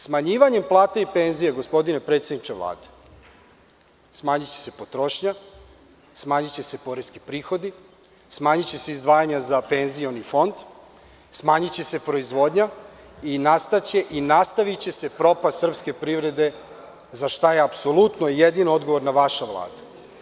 Smanjivanjem plata i penzija, gospodine predsedniče Vlade, smanjiće se potrošnja, smanjiće se poreski prihodi, smanjiće se izdvajanja za penzioni fond, smanjiće se proizvodnja i nastaviće se propast srpske privrede, za šta je apsolutno i jedino odgovorna vaša Vlada.